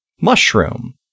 mushroom